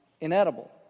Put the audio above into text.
inedible